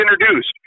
introduced